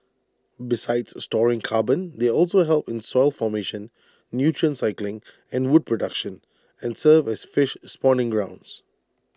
besides storing carbon they also help in soil formation nutrient cycling and wood production and serve as fish spawning grounds